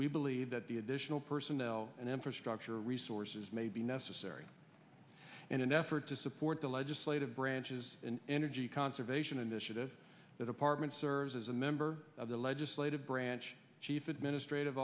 we believe that the additional personnel and infrastructure resources may be necessary in an effort to support the legislative branches in energy conservation and the should of that apartment serves as a member of the legislative branch chief administrative